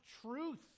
truth